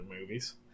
movies